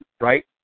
right